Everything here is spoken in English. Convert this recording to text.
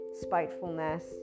spitefulness